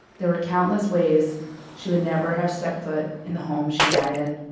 there were countless ways she would never have stepped foot in the home she died in.